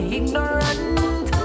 ignorant